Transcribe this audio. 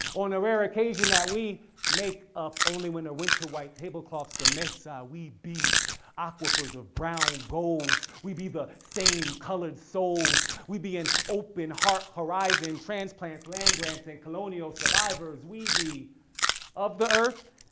on a rare occasion that we make up only when a winter white table cloth's the mesa. we be aquifers of brown, gold. we be the same colored souls. we be an open heart horizon transplant land grants and colonial survivors. we be of the earth